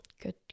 good